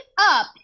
up